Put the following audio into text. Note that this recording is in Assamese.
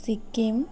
ছিকিম